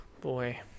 Boy